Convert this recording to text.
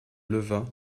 leva